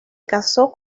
casó